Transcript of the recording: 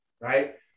right